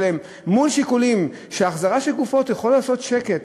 מול שיקולים שהחזרה של גופות יכולה לעשות שקט,